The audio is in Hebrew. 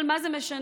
אבל מה זה משנה?